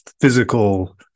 physical